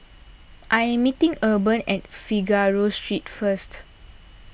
I am meeting Urban at Figaro Street first